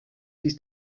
dies